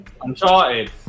Uncharted